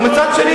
ומצד שני,